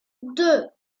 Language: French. deux